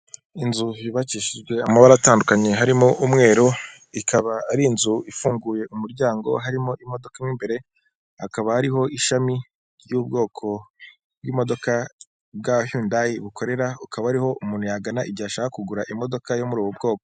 Inzu yubakishijwe amabara atandukanye harimo umweru, ikaba ari inzu ifunguye umuryango harimo imodoka mo imbere, hakaba hariho ishami ry'ubwoko bw'imodoka bwa Hyundai bukorera, akaba ariho umuntu yagana igihe ashaka kugura imodoka yo muri ubu bwoko.